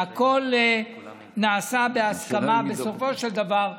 הכול נעשה בהסכמה, בסופו של דבר,